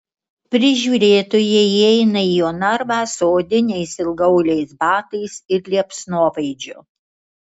prižiūrėtojai įeina į jo narvą su odiniais ilgaauliais batais ir liepsnosvaidžiu